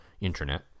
internet